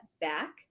back